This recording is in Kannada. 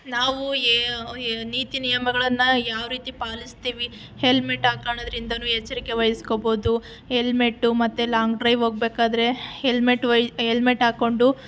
ನಾವು ಎ ಎ ನೀತಿ ನಿಯಮಗಳನ್ನು ಯಾವ ರೀತಿ ಪಾಲಿಸ್ತೀವಿ ಹೆಲ್ಮೆಟ್ ಹಾಕೊಳ್ಳೋದ್ರಿಂದನೂ ಎಚ್ಚರಿಕೆವಹಿಸ್ಕೋಬೋದು ಎಲ್ಮೆಟ್ಟು ಮತ್ತೆ ಲಾಂಗ್ ಡ್ರೈವ್ ಹೋಗ್ಬೇಕಾದ್ರೆ ಹೆಲ್ಮೆಟ್ಟು ವಹಿ ಎಲ್ಮೆಟ್ ಹಾಕ್ಕೊಂಡು